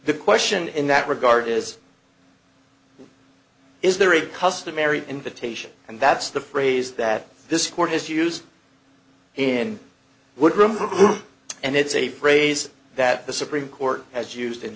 the question in that regard is is there a customary invitation and that's the phrase that this court has used in what room and it's a phrase that the supreme court has used in